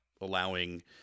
allowing